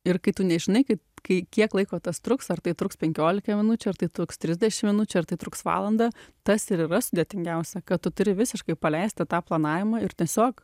ir kai tu nežinai kaip kai kiek laiko tas truks ar tai truks penkiolika minučių ar tai truks trisdešimt minučių ar tai truks valandą tas ir yra sudėtingiausia kad tu turi visiškai paleisti tą planavimą ir tiesiog